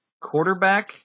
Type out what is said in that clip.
quarterback